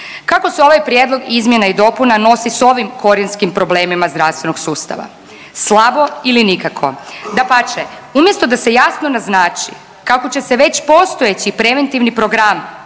Kako se ovaj prijedlog izmjena i dopuna nosi sa ovim korijenskim problemima zdravstvenog sustava? Slabo ili nikako. Dapače, umjesto da se jasno naznači kako će se već postojeći preventivni program